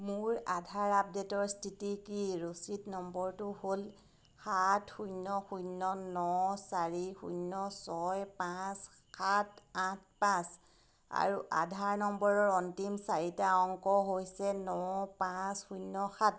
মোৰ আধাৰ আপডে'টৰ স্থিতি কি ৰচিদ নম্বৰটো হ'ল সাত শূন্য শূন্য ন চাৰি শূন্য ছয় পাঁচ সাত আঠ পাঁচ আৰু আধাৰ নম্বৰৰ অন্তিম চাৰিটা অংক হৈছে ন পাঁচ শূন্য সাত